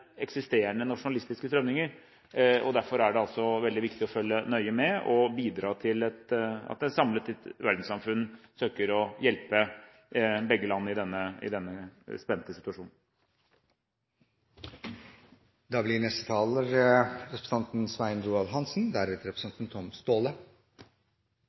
eksisterende nasjonalistiske strømninger. Derfor er det veldig viktig å følge nøye med og bidra til at et samlet verdenssamfunn søker å hjelpe begge land i denne spente situasjonen. Kashmir-konflikten er en konflikt som en rekke nordmenn med bakgrunn i